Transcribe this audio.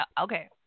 Okay